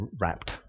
wrapped